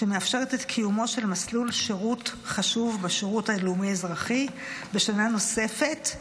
שמאפשרת את קיומו של מסלול שירות חשוב בשירות הלאומי-אזרחי בשנה נוספת,